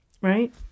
Right